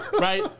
Right